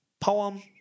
poem